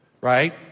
right